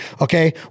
Okay